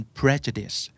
prejudice